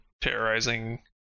terrorizing